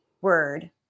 word